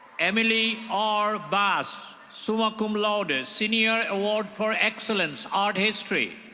emily r bass, summa cum laude, ah senior award for excellence art history.